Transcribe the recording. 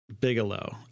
Bigelow